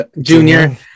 Junior